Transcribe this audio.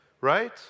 Right